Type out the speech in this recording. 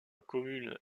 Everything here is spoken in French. commune